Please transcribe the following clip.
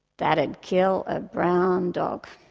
that'd kill a brown dog.